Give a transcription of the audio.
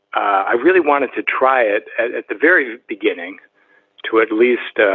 i really wanted to try it at at the very beginning to at least ah